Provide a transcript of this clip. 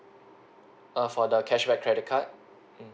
err for the cashback credit card mm